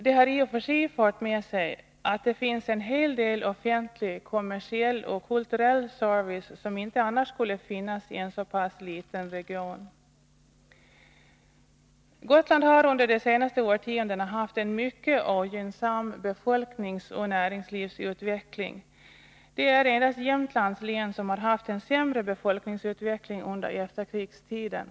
Det har i och för sig fört med sig att det finns en hel del offentlig, kommersiell och kulturell service som inte annars skulle finnas i en så pass liten region. Gotland har under de senaste årtiondena haft en mycket ogynnsam befolkningsoch näringslivsutveckling. Det är endast Jämtlands län som har haft en sämre befolkningsutveckling under efterkrigstiden.